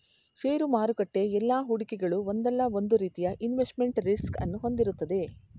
ಷೇರು ಮಾರುಕಟ್ಟೆ ಎಲ್ಲಾ ಹೂಡಿಕೆಗಳು ಒಂದಲ್ಲ ಒಂದು ರೀತಿಯ ಇನ್ವೆಸ್ಟ್ಮೆಂಟ್ ರಿಸ್ಕ್ ಅನ್ನು ಹೊಂದಿರುತ್ತದೆ